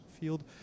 field